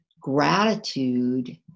gratitude